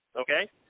Okay